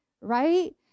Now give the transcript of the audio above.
right